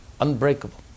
unbreakable